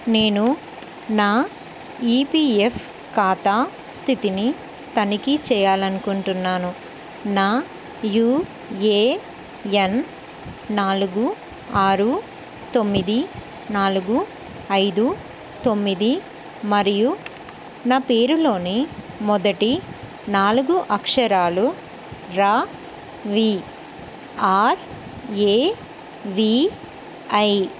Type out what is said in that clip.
నేను నా ఈపీఎఫ్ ఖాతా స్థితిని తనిఖీ చేయాలనుకుంటున్నాను నా యుఏఎన్ నాలుగు ఆరు తొమ్మిది నాలుగు ఐదు తొమ్మిది మరియు నా పేరులోని మొదటి నాలుగు అక్షరాలు Ravi R A V I